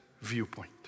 viewpoint